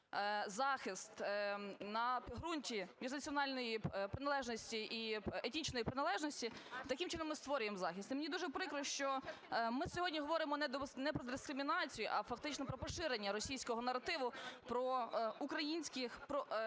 захист на підґрунті міжнаціональної приналежності і етнічної приналежності, таким чином ми створюємо захист. І мені дуже прикро, що ми сьогодні говоримо не про дискримінацію, а фактично про поширення російського наративу про український